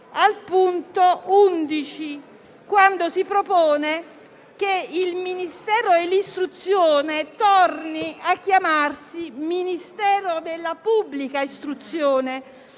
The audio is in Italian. al punto 11), per cui si chiede che il Ministero dell'istruzione torni a chiamarsi Ministero della pubblica istruzione,